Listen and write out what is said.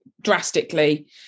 drastically